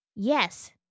Yes